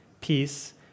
peace